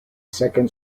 second